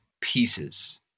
pieces